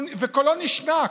וקולו נשנק.